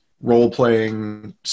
role-playing